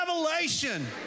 revelation